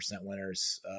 winners